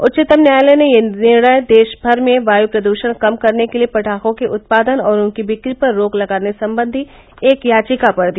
उच्चतम न्यायालय ने यह निर्णय देशभर में वायू प्रदृषण कम करने के लिए पटाखों के उत्पादन और उनकी बिक्री पर रोक लगाने संबंधी एक याचिका पर दिया